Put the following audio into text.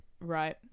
right